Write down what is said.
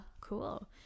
Cool